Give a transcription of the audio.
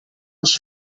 als